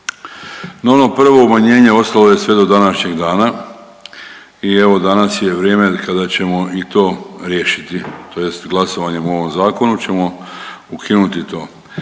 No, ono prvo umanjenje ostalo je sve do današnjeg dana i evo danas je vrijeme kada ćemo i to riješiti tj. glasovanjem o ovom zakonu ćemo ukinuti to.